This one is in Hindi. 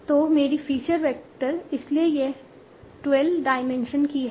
तो मेरी फीचर वेक्टर इसलिए यह 12 डाइमेंशन की है